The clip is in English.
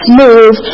move